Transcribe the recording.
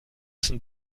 müssen